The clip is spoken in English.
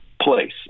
place